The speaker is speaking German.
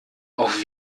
auf